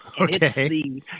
okay